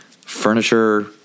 furniture